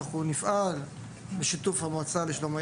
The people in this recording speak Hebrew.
אנחנו נפעל בשיתוף המועצה לשלום הילד.